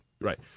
Right